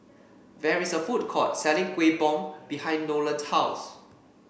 there is a food court selling Kuih Bom behind Nolen's house